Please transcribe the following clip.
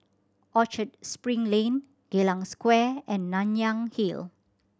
Orchard Spring Lane Geylang Square and Nanyang Hill